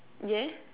yeah